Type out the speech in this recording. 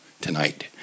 tonight